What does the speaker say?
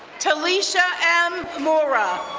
taleesha m. mora,